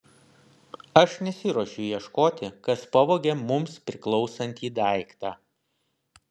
aš nesiruošiu ieškoti kas pavogė mums priklausantį daiktą